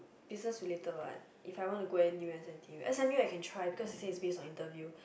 business related part but if I want to anywhere n_t_u s_m_u because is say it based on interview